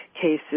cases